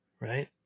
Right